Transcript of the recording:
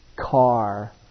car